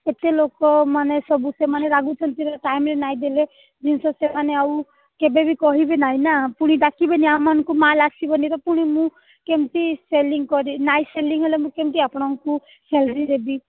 ଏତେ ଲୋକମାନେ ସବୁ ସେମାନେ ରାଗୁଛନ୍ତି ଟାଇମ୍ରେ ନାହିଁ ଦେଲେ ଜିନିଷ ସେମାନେ ଆଉ କେବେବି କହିବେ ନାହିଁନା ପୁଣି ଡାକିବେନି ଆମ ମାନଙ୍କୁ ମାଲ୍ ଆସିବନିତ ପୁଣି ମୁଁ କେମିତି ସେଲିଂ କରି ନାହିଁ ସେଲିଂ ହେଲେ ମୁଁ କେମିତି ଆପଣଙ୍କୁ ସାଲାରୀ ଦେବି